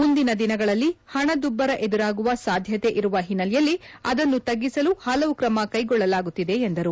ಮುಂದಿನ ದಿನಗಳಲ್ಲಿ ಹಣದುಬ್ಬರ ಎದುರಾಗುವ ಸಾಧ್ಯತೆ ಇರುವ ಹಿನ್ನೆಲೆಯಲ್ಲಿ ಅದನ್ನು ತಗ್ಗಿಸಲು ಹಲವು ಕ್ರಮ ಕೈಗೊಳ್ಳಲಾಗುತ್ತಿದೆ ಎಂದರು